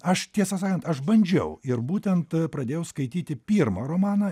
aš tiesą sakant aš bandžiau ir būtent pradėjau skaityti pirmą romaną